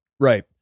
Right